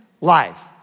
life